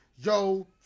Yo